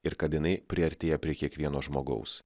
ir kad jinai priartėja prie kiekvieno žmogaus